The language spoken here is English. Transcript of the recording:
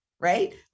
right